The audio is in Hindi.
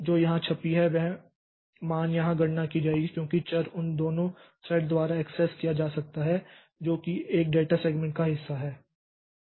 तो यह सम जो यहां छपी है वह मान यहां गणना की जाएगी क्योंकि चर उन दोनों थ्रेड द्वारा एक्सेस किया जा सकता है जो वे एक ही डेटा सेगमेंट का हिस्सा है